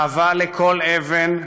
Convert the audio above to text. אהבה לכל אבן,